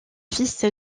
fils